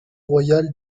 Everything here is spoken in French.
royal